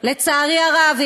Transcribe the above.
לצערי הרב,